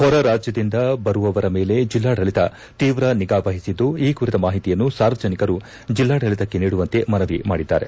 ಹೊರರಾಜ್ಯದಿಂದ ಬರುವವರ ಮೇಲೆ ಜಿಲ್ಲಾಡಳಿತ ತೀವ್ರ ನಿಗಾವಹಿಸಿದ್ದು ಈ ಕುರಿತ ಮಾಹಿತಿಯನ್ನು ಸಾರ್ವಜನಿಕರು ಜಿಲ್ಲಾಡಳಿತಕ್ಕೆ ನೀಡುವಂತೆ ಮನವಿ ಮಾಡಿದ್ದಾರೆ